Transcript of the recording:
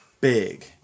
big